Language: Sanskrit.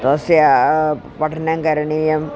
तस्य पठनं करणीयम्